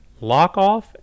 Lockoff